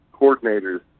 coordinators